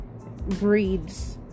breeds